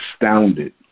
astounded